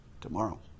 tomorrow